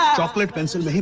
chocolate pencils.